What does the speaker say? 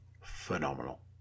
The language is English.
phenomenal